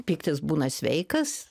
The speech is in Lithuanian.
pyktis būna sveikas